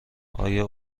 آیا